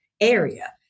area